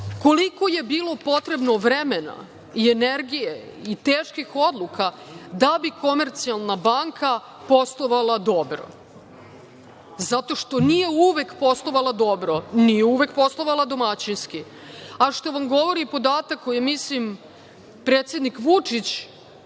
koliko je bilo potrebno vremena i energije i teških odluka da bi „Komercijalna banka“ poslovala dobro. Zato što nije uvek poslovala dobro, nije uvek poslovala domaćinski, a što vam govori podatak koji je, mislim, predsednik Vučić